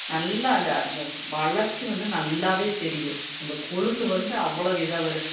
நல்ல அந்த அந்த வளர்ச்சி வந்து நல்லாவே தெரியும் அந்த கொழுந்து வந்து அவ்வளவு இதாக வரும்